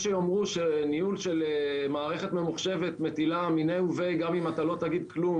שיאמרו שניהול של מערכת ממוחשבת מטילה מני וביי גם אם אתה לא תגיד כלום,